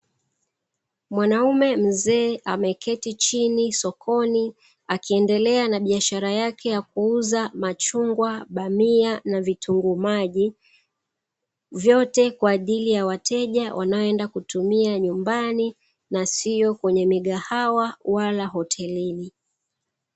Mwanaume mzee ameketi chini sokoni, akiendelea na biashara yake ya kuuza machungwa, bamia na vitunguu maji. Vyote kwa ajili ya wateja wanaoenda kutumia nyumbani na sio kwenye migahawa wala hotelini.